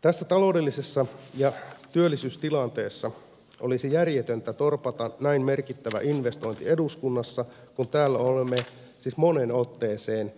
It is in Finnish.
tässä talouden ja työllisyyden tilanteessa olisi järjetöntä torpata näin merkittävä investointi eduskunnassa kun täällä olemme moneen otteeseen